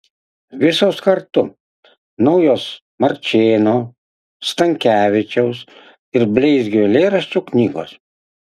visos kartu naujos marčėno stankevičiaus ir bleizgio eilėraščių knygos